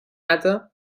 nata